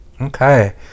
Okay